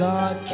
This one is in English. God